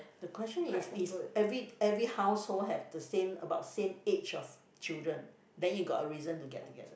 the question is if every every house hold have the same about the same age of children then you got a reason to get together